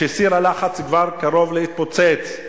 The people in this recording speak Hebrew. שסיר הלחץ כבר קרוב להתפוצץ,